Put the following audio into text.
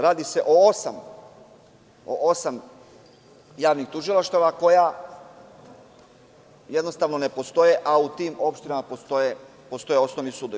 Radi se o osam javnih tužilaštava koja jednostavno ne postoje, a u tim opštinama postoje osnovni sudovi.